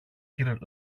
κυρ